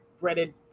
breaded